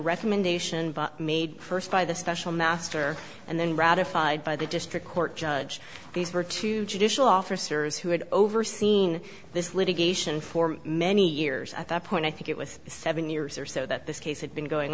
recommendation made first by the special master and then ratified by the district court judge these were two judicial officers who had overseen this litigation for many years at that point i think it was seven years or so that this case had been going